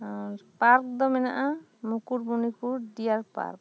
ᱟᱨ park ᱫᱚ ᱢᱮᱱᱟᱜ ᱟ ᱢᱩᱠᱩᱴᱵᱩᱱᱤᱯᱩᱨ ᱰᱤᱭᱟᱨ ᱯᱟᱨᱠ